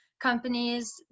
companies